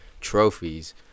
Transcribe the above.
trophies